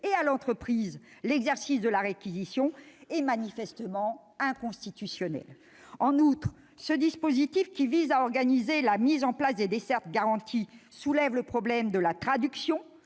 et à l'entreprise l'exercice de la réquisition est manifestement inconstitutionnel. Par ailleurs, ce dispositif, qui vise à organiser la mise en place de dessertes garanties, soulève le problème de la traduction